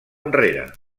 enrere